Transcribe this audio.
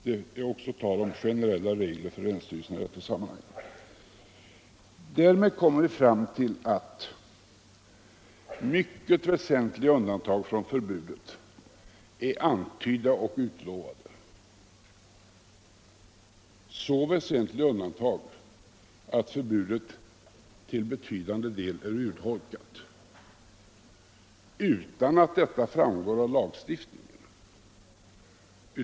Det är även tal om generella regler för länsstyrelserna i detta sammanhang. Mycket väsentliga undantag från förbudet är alltså antydda och utlovade. Det är så väsentliga undantag att förbudet till betydande del är urholkat, utan att dessa undantag framgår av lagstiftningen.